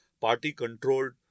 party-controlled